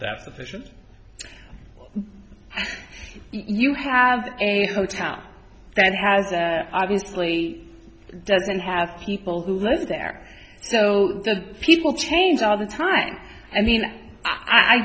that position you have a hotel that has obviously doesn't have people who live there so the people change all the time i mean i